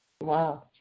Wow